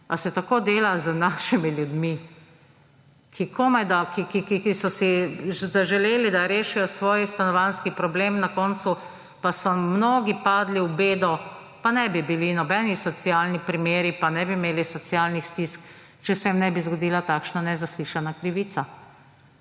A se tako dela z našimi ljudmi, ki so si zaželeli, da rešijo svoj stanovanjski problem, na koncu pa so mnogi padli v bedo? Pa ne bi bili nobeni socialni primeri in ne bi imeli socialnih stisk, če se jim nebi zgodila takšna nezaslišana krivica